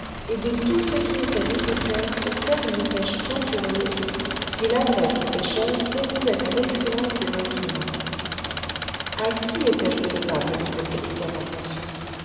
et de tout ce qui était nécessaire pour faire une pêche plantureuse si l'adresse du pêcheur répondait à l'excellence des instruments a qui étais-je redevable de cette délicate attention